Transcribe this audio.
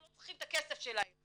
אנחנו לא צריכים את הכסף שלהם.